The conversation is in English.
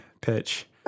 pitch